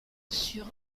sur